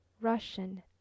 Russian